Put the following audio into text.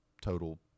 total